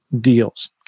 deals